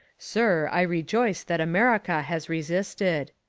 sir, i rejoice that america has resisted.